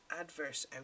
adverse